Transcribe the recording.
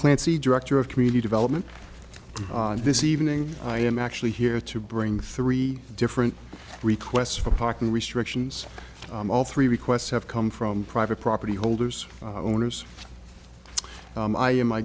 clancy director of community development this evening i am actually here to bring three different requests for parking restrictions all three requests have come from private property holders owners i am i